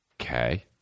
okay